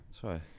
Sorry